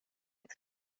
its